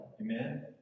Amen